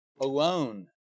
alone